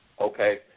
Okay